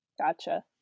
Gotcha